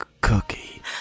Cookie